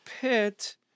pit